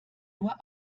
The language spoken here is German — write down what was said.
nur